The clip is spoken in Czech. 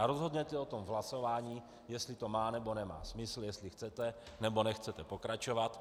Rozhodněte o tom v hlasování, jestli to má nebo, nemá smysl, jestli chcete, nebo nechcete pokračovat.